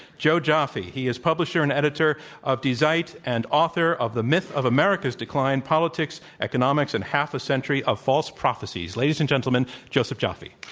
joe joffe. he he is publisher and editor of die zeit and author of the myth of america's decline politics, economics and half a century of false prophecies. ladies and gentlemen, josef joffe.